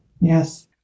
Yes